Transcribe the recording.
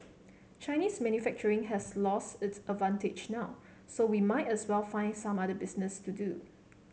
Chinese manufacturing has lost its advantage now so we might as well find some other business to do